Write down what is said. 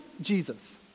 Jesus